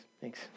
thanks